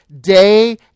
day